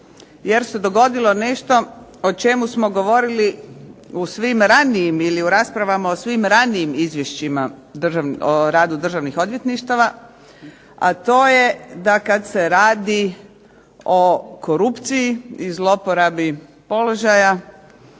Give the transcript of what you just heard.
jer se dogodilo nešto o čemu smo govorili u svim ranijim ili u raspravama o svim ranijim izvješćima o radu državnih odvjetništava, a to je da kad se radi o korupciji i zlouporabi položaja